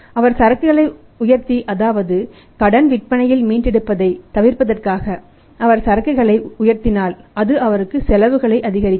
அவர் சரக்குகளை உயர்த்தி அதாவது கடன் விற்பனையில் மீட்டெடுப்பதை தவிர்ப்பதற்காக அவர் சரக்குகளை உயர்த்தினால் அது அவருக்கு செலவுகளை அதிகரிக்கும்